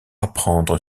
apprendre